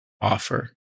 offer